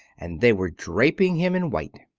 and they were draping him in white.